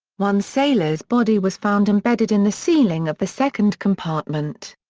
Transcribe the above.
one sailor's body was found embedded in the ceiling of the second compartment.